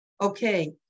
Okay